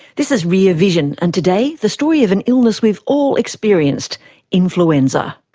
this is rear vision and today, the story of an illness we've all experienced influenza.